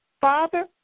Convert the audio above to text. Father